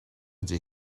ydy